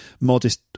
modest